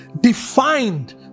defined